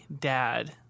dad